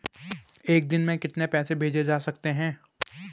एक दिन में कितने पैसे भेजे जा सकते हैं?